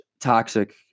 toxic